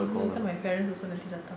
(uh huh) later my parents also nanti datang